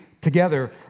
together